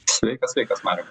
sveikas sveikas mariau